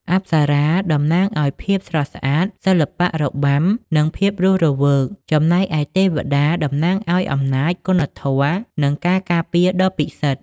អប្សរាតំណាងឱ្យភាពស្រស់ស្អាត សិល្បៈរបាំ និងភាពរស់រវើក ចំណែកឯទេវតាតំណាងឱ្យអំណាច គុណធម៌ និងការការពារដ៏ពិសិដ្ឋ។